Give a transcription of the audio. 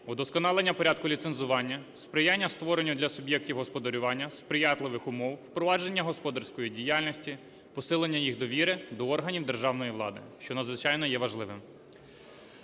вдосконалення порядку ліцензування, сприяння створення для суб'єктів господарювання сприятливих умов, впровадження господарської діяльності, посилення їх довіри до органів державної влади, що надзвичайно є важливим.